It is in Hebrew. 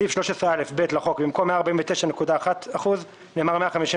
בסעיף 13א(ב) לחוק, במקום "149.1%" נאמר "151.3%".